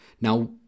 Now